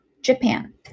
Japan